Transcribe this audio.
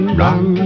run